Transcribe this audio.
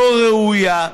לא ראויה.